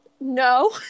no